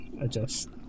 adjust